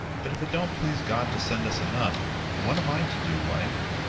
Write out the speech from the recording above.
but if it don't please god to send us enough, what am i to do, wife?